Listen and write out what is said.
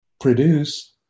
produce